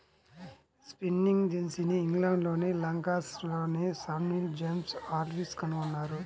spinning జెన్నీని ఇంగ్లండ్లోని లంకాషైర్లోని స్టాన్హిల్ జేమ్స్ హార్గ్రీవ్స్ కనుగొన్నారు